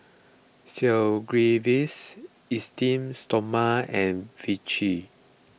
Sigvaris Esteem Stoma and Vichy